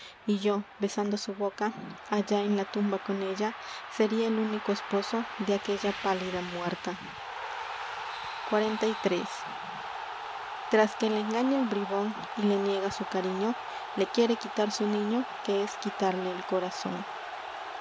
y yo en besando su boca ella allá la tumba con sería el único esposo de aquella pálida muerta y qs xliii ras que la engaña el bribón su y le niega cariño niño le quiere quitar su que es quitarle el corazón